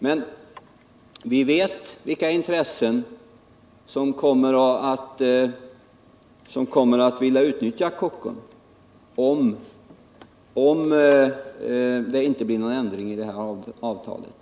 Men vi vet vilka intressen som kommer att vilja utnyttja Kockums, om det inte blir någon ändring i avtalet.